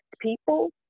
people